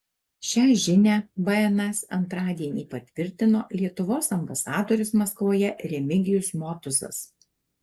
šią žinią bns antradienį patvirtino lietuvos ambasadorius maskvoje remigijus motuzas